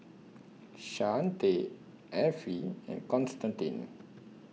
Shante Effie and Constantine